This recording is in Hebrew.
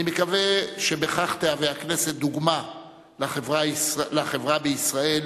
אני מקווה שבכך תהווה הכנסת דוגמה לחברה בישראל,